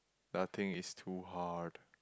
nothing is too hard